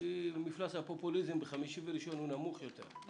מפלס הפופוליזם בימים האלה הוא נמוך יותר.